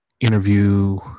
interview